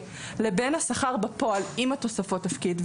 לבין השכר בפועל עם תוספות התפקיד.